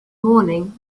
morning